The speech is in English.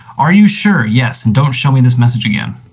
are you sure? yes, and don't show me this message again.